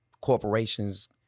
Corporations